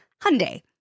Hyundai